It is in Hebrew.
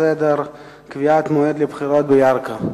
לסדר-היום בנושא קביעת מועד לבחירות בירכא,